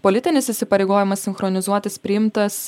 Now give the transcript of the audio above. politinis įsipareigojimas sinchronizuotis priimtas